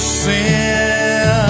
sin